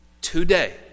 today